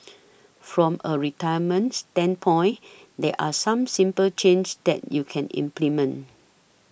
from a retirement standpoint there are some simple changes that you can implement